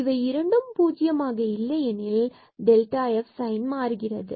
இவை இரண்டும் பூஜ்ஜியமாக இல்லை எனில் Δfன் டெல்டா சைன் மாறுகிறது